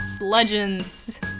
legends